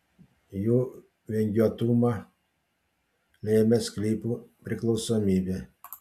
jų vingiuotumą lėmė sklypų priklausomybė